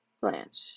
Blanche